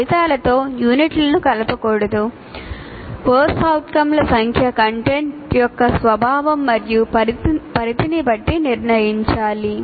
ఫలితాలతో యూనిట్లను కలపకూడదు CO ల సంఖ్యను కంటెంట్ యొక్క స్వభావం మరియు పరిధిని బట్టి నిర్ణయించాలి